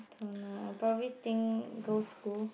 don't know I'll probably think girl's school